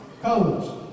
Colors